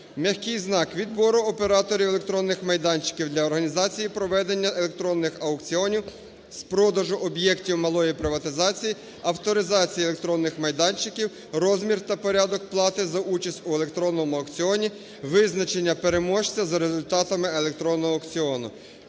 "Ь": "Відбору операторів електронних майданчиків для організації і проведення електронних аукціонів з продажу об'єктів малої приватизації, авторизації електронних майданчиків, розмір та порядок плати за участь у електронному аукціоні, визначення переможця за результатами електронного аукціону".